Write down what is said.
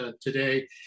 today